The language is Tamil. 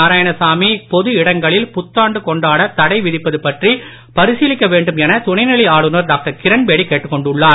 நாராயணசாமி பொதுஇடங்களில்புத்தாண்டுகொண்டாடத்தடைவிதிப்பதுபற்றிபரிசீலிக்க வேண்டும்என துணைநிலைஆளுநர்டாக்டர்கிரண்பேடிகேட்டுக்கொண்டுள்ளார்